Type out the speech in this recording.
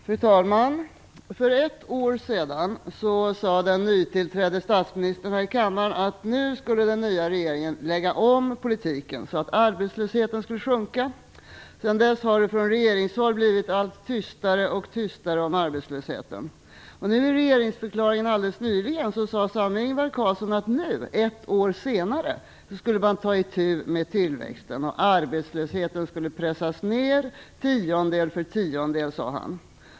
Fru talman! För ett år sedan sade den nytillträdde statsministern här i kammaren att den nya regeringen nu skulle lägga om politiken så att arbetslösheten skulle sjunka. Sedan dess har det från regeringshåll blivit allt tystare och tystare om arbetslösheten. I regeringsförklaringen alldeles nyligen sade samme Ingvar Carlsson att nu, ett år senare, skulle man ta itu med tillväxten. Arbetslösheten skulle pressas ner tiondel för tiondel, sade han.